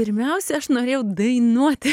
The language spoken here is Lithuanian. pirmiausia aš norėjau dainuoti